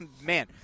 man